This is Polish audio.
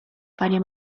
panie